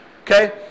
Okay